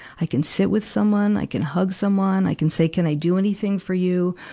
i can sit with someone, i can hug someone. i can say, can i do anything for you?